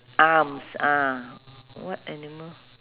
arms ah what animal